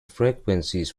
frequencies